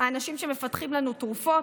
האנשים שמפתחים לנו תרופות.